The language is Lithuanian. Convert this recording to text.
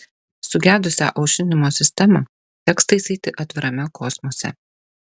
sugedusią aušinimo sistemą teks taisyti atvirame kosmose